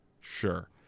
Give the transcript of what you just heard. sure